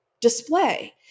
display